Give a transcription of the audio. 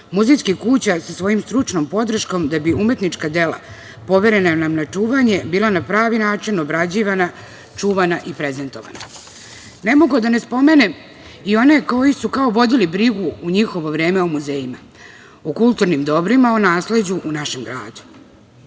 muzejskih kuća sa svojom stručnom podrškom da bi umetnička dela, poverena nam na čuvanje, bila na pravi način obrađivana, čuvana i prezentovana. Ne mogu, a da ne spomenem i one koji su kao vodili brigu u njihovo vreme o muzejima, o kulturnim dobrima, o nasleđu u našem gradu.